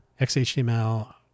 XHTML